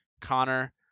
connor